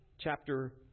chapter